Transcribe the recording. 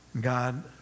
God